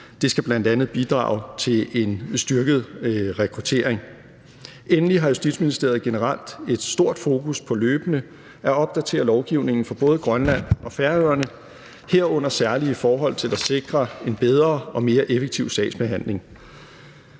Det skal bl.a. bidrage til en styrket rekruttering. Endelig har Justitsministeriet generelt et stort fokus på løbende at opdatere lovgivningen for både Grønland og Færøerne, herunder særlige forhold til at sikre en bedre og mere effektiv sagsbehandling.